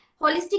holistic